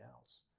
else